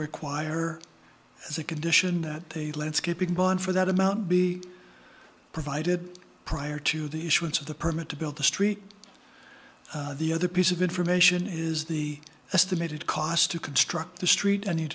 require as a condition that the landscaping bond for that amount be provided prior to the issuance of the permit to build the street the other piece of information is the estimated cost to construct the street and you